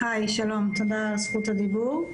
שלום, תודה על זכות הדיבור.